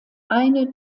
eine